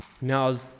Now